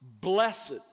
Blessed